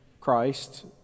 Christ